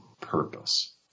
purpose